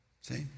See